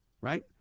right